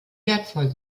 wertvoll